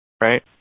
right